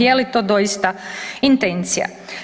Je li to doista intencija?